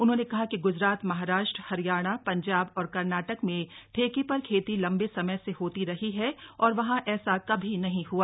उन्होंने कहा कि ग्जरात महाराष्ट्र हरियाणा पंजाब और कर्नाटक में ठेके पर खेती लम्बे समय से होती रही है और वहां ऐसा कभी नहीं ह्आ